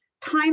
time